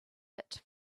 bit